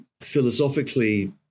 philosophically